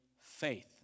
faith